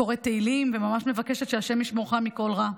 וקוראת תהילים וממש מבקשת שהשם ישמורך מכל רע.